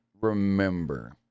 remember